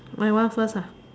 my one first lah